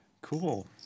Cool